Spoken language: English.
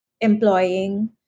employing